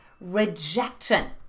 rejection